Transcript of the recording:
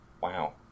wow